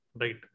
right